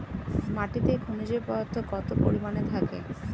মাটিতে খনিজ পদার্থ কত পরিমাণে থাকে?